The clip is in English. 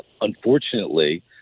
Unfortunately